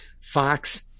Fox